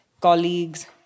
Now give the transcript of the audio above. colleagues